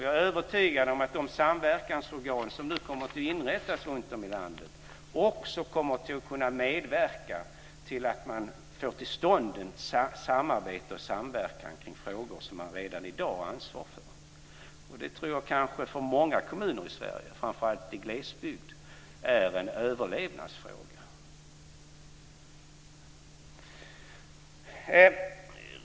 Jag är övertygad om att de samverkansorgan som nu kommer att inrättas runtom i landet också kommer att medverka till att man får till stånd samarbete och samverkan kring frågor som man redan i dag har ansvar för. Det tror jag är en överlevnadsfråga för många kommuner i Sverige, framför allt i glesbygd.